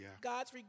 God's